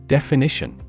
Definition